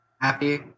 happy